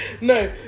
No